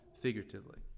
figuratively